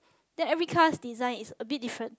then every car's design is a bit different